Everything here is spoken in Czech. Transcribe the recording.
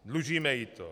Dlužíme jí to.